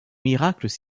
miracles